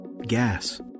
gas